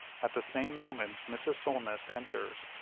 at the same moment mrs. solness enters.